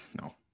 No